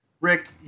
Rick